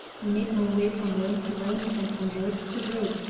i made my way from room to room and from group to group,